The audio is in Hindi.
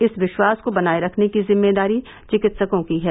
इस विश्वास को बनाए रखने की जिम्मेदारी विकित्सकों की है